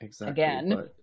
again